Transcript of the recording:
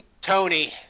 Tony